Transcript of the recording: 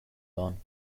done